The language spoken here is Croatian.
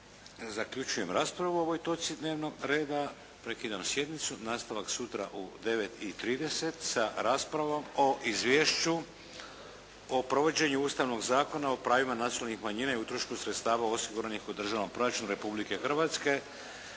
Zaključujem raspravu o ovoj točci dnevnog reda. Prekidam sjednicu. Nastavak sutra u 9,30 sa raspravom o Izvješću o provođenju Ustavnog zakona o pravima nacionalnih manjina i utrošku sredstava osiguranih u Državnom proračunu Republike Hrvatske